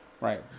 right